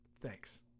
Thanks